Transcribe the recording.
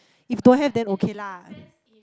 if don't have then okay lah